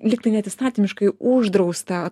lyg tai net įstatymiškai uždrausta